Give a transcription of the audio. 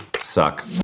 suck